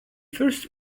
first